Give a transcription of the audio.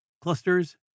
Clusters